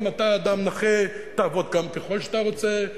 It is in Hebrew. אם אתה אדם נכה תעבוד ככל שאתה רוצה,